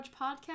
podcast